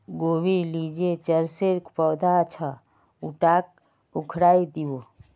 गोबीर ली जे चरसेर पौधा छ उटाक उखाड़इ दी बो